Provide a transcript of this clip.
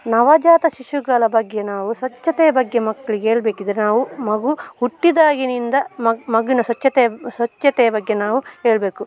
ನವಜಾತ ಶಿಶುಗಳ ಬಗ್ಗೆ ನಾವು ಸ್ವಚ್ಚತೆಯ ಬಗ್ಗೆ ಮಕ್ಕಳಿಗೆ ಹೇಳ್ಬೇಕಿದ್ರೆ ನಾವು ಮಗು ಹುಟ್ಟಿದಾಗಿನಿಂದ ಮಗುವಿನ ಸ್ವಚ್ಛತೆಯ ಸ್ವಚ್ಛತೆಯ ಬಗ್ಗೆ ನಾವು ಹೇಳ್ಬೇಕು